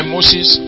Moses